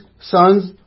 sons